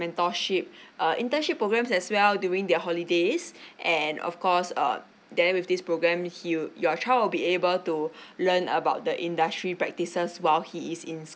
mentorship uh internship programmes as well during the holidays and of course err then with this programme he'll your child will be able to learn about the industry practices while he is in